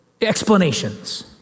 explanations